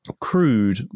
crude